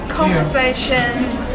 conversations